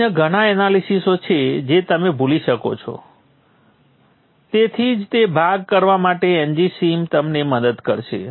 અન્ય ઘણા એનાલિસીસો છે જે તમે ભૂલી શકો છો તેથી જ તે ભાગ કરવા માટે ngSim તમને મદદ કરે છે